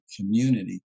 community